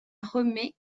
remet